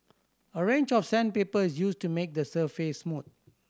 a range of sandpaper is used to make the surface smooth